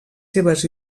seves